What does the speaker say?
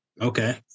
Okay